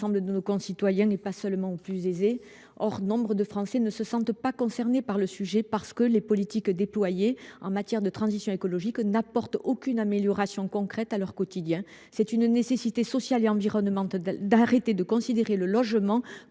l’ensemble de nos concitoyens, et pas seulement aux plus aisés. Or nombre de Français ne se sentent pas concernés par la transition écologique, parce que les politiques déployées en la matière n’apportent aucune amélioration concrète à leur quotidien. C’est une nécessité sociale et environnementale d’arrêter de considérer le logement